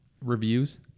reviews